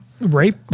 Rape